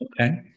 Okay